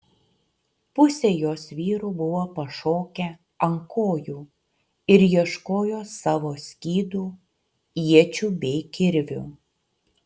pusė jos vyrų buvo pašokę ant kojų ir ieškojo savo skydų iečių bei kirvių